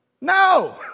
No